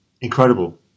incredible